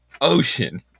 Ocean